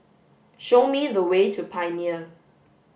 show me the way to Pioneer